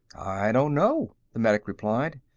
i don't know, the medic replied.